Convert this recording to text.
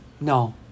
No